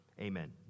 Amen